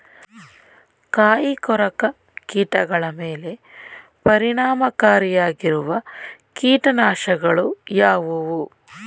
ಕಾಯಿಕೊರಕ ಕೀಟಗಳ ಮೇಲೆ ಪರಿಣಾಮಕಾರಿಯಾಗಿರುವ ಕೀಟನಾಶಗಳು ಯಾವುವು?